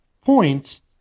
points